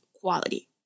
quality